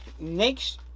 Next